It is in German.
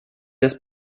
das